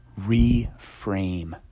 Reframe